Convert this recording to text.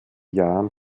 jahren